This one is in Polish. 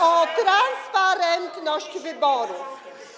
O transparentność wyborów.